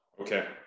okay